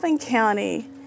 County